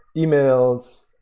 emails.